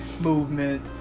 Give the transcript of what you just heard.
Movement